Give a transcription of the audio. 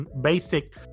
basic